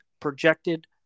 projected